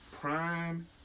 prime